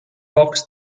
box